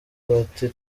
bati